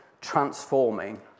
transforming